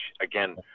again